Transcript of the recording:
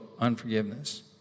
unforgiveness